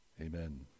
amen